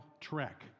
trek